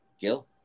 Gil